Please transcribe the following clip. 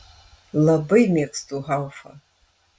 labai mėgstu haufą